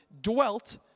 dwelt